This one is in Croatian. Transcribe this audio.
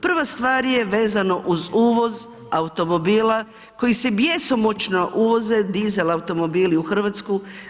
Prva stvar je vezano uz uvoz automobila, koji se bjesomučno uvoze dizel automobili u Hrvatsku.